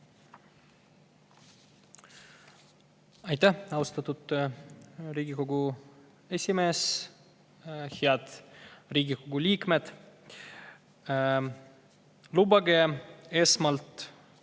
Aitäh, austatud Riigikogu esimees! Head Riigikogu liikmed! Lubage esmalt,